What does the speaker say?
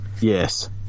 Yes